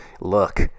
look